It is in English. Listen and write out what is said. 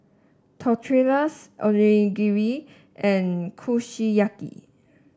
Tortillas Onigiri and Kushiyaki